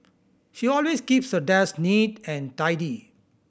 she always keeps her desk neat and tidy